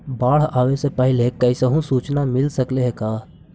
बाढ़ आवे से पहले कैसहु सुचना मिल सकले हे का?